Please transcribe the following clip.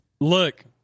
Look